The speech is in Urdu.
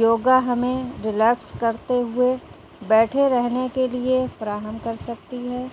یوگا ہمیں ریلیکس کرتے ہوئے بیٹھے رہنے کے لیے فراہم کر سکتی ہے